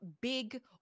big